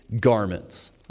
garments